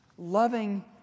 Loving